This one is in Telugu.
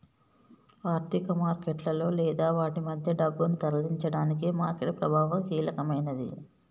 ఆర్థిక మార్కెట్లలో లేదా వాటి మధ్య డబ్బును తరలించడానికి మార్కెట్ ప్రభావం కీలకమైనది